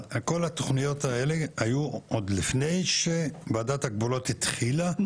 כל התוכניות האלה היו עוד לפני שוועדת הגבולות התחילה או שנה אחרי?